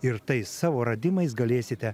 ir tais savo radimais galėsite